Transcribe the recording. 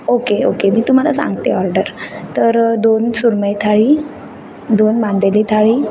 okay okay मी तुम्हाला सांगते ऑर्डर तर दोन सुरमई थाळी दोन मांदेली थाळी